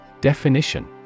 Definition